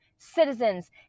Citizens